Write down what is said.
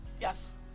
Yes